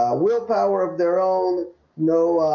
willpower of their own no